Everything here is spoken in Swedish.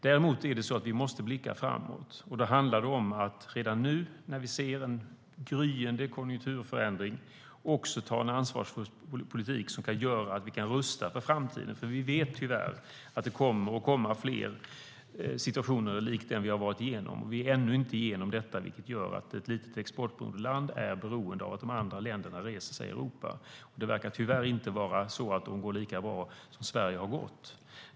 Däremot måste vi blicka framåt. Då handlar det om att redan nu, när vi ser en gryende konjunkturförändring, driva en ansvarsfull politik som gör att vi kan rusta för framtiden. Vi vet tyvärr att det kommer att komma fler situationer likt den vi har gått igenom. Vi är ännu inte igenom detta, vilket gör att ett litet, exportberoende land är beroende av att de andra länderna i Europa reser sig. Det verkar tyvärr inte vara så att de går lika bra som Sverige har gått.